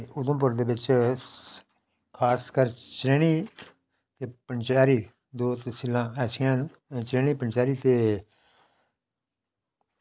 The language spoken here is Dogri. ते उधमपुर दे बिच खासकर चनैनी ते पंचैरी दो तसीलां ऐसियां न चनैनी ते पंचैरी ते